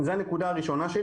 זו הנקודה הראשונה.